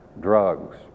drugs